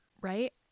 Right